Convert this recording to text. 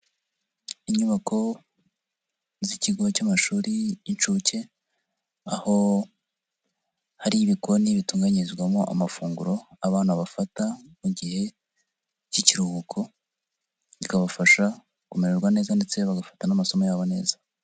Inyubako z'ikigo cy'amashuri y'inshuke aho hari ibikoni bitunganyirizwamo amafunguro abana bafata mu gihe k'ikiruhuko bikabafasha kumererwa neza ndetse bagafata n'amasomo yabo neza.